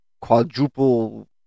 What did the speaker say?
quadruple